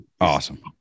awesome